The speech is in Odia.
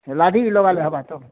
ଲଗାଲେ ହେବା ତ